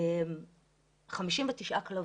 59 כלבים.